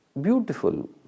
beautiful